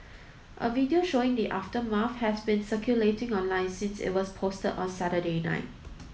a video showing the aftermath has been circulating online since it was posted on Saturday night